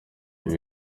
ibi